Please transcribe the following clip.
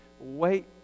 wait